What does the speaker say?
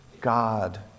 God